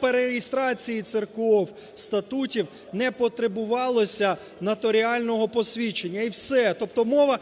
перереєстрації церков статутів не потребувалося нотаріального посвідчення і все. Тобто